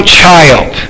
child